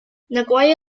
nagoya